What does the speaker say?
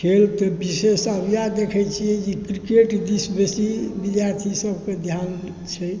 खेल तऽ विशेष आब इएह देखै छिए जे किरकेट दिस बेसी विद्यार्थी सबके धिआन छै